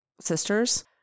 sisters